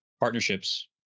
partnerships